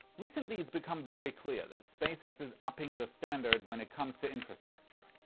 recently it's become very clear, that spacex is upping the standard, when it comes to infrastructure.